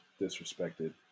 disrespected